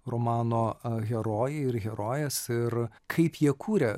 romano a herojai ir herojės ir kaip jie kūrė